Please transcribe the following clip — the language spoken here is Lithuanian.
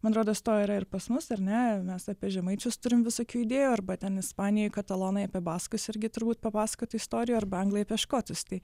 man rodos to yra ir pas mus ar ne mes apie žemaičius turim visokių idėjų arba ten ispanijoj katalonai apie baskus irgi turbūt papasakotų istorijų arba anglai apie škotus tai